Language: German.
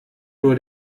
nur